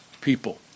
people